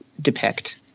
depict